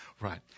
Right